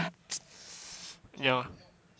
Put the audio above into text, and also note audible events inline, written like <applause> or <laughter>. <noise> ya